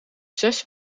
zes